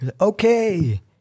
Okay